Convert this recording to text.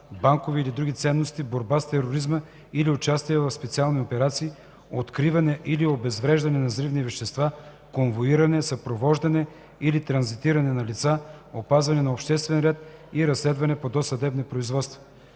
банкови или други ценности, борба с тероризма или участие в специални операции, откриване или обезвреждане на взривни вещества, конвоиране, съпровождане или транзитиране на лица, опазване на обществения ред и разследване по досъдебни производства;”.